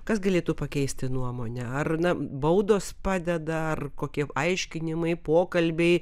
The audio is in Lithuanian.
kas galėtų pakeisti nuomonę ar na baudos padeda ar kokie aiškinimai pokalbiai